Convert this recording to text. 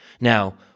now